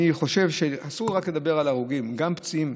אני חושב שאסור לדבר רק על הרוגים, גם פצועים.